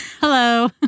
hello